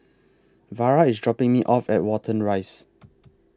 Vara IS dropping Me off At Watten Rise